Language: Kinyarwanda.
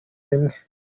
rimwe